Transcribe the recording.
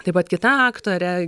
taip pat kita aktorė